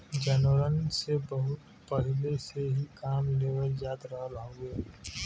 जानवरन से बहुत पहिले से ही काम लेवल जात रहल हउवे